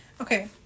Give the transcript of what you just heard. Okay